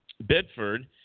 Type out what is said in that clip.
Bedford